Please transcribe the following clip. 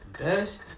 Best